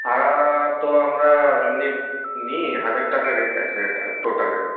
ভাড়া তো আমরা এমনি নিই হাজার টাকা রেট আছে এটা টোটালের